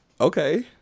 Okay